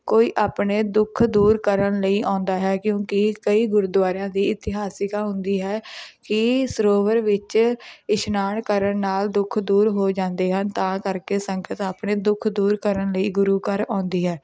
ਕੋਈ ਆਪਣੇ ਦੁੱਖ ਦੂਰ ਕਰਨ ਲਈ ਆਉਂਦਾ ਹੈ ਕਿਉਂਕਿ ਕਈ ਗੁਰਦੁਆਰਿਆਂ ਦੀ ਇਤਿਹਾਸਿਕਤਾ ਹੁੰਦੀ ਹੈ ਕਿ ਸਰੋਵਰ ਵਿੱਚ ਇਸ਼ਨਾਨ ਕਰਨ ਨਾਲ ਦੁੱਖ ਦੂਰ ਹੋ ਜਾਂਦੇ ਹਨ ਤਾਂ ਕਰਕੇ ਸੰਗਤ ਆਪਣੇ ਦੁੱਖ ਦੂਰ ਕਰਨ ਲਈ ਗੁਰੂ ਘਰ ਆਉਂਦੀ ਹੈ